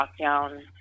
lockdown